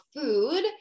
food